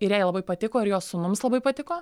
ir jai labai patiko ir jos sūnums labai patiko